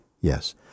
Yes